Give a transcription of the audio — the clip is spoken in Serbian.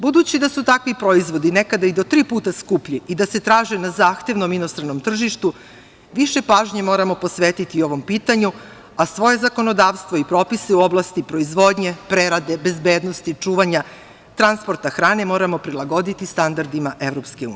Budući da su takvi proizvodi nekada i do tri puta skuplji i da se traže na zahtevnom inostranom tržištu više pažnje moramo posvetiti ovom pitanju, a svoje zakonodavstvo i propise u oblasti proizvodnje, prerade, bezbednosti, čuvanja, transporta hrane moramo prilagoditi standardima EU.